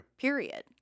Period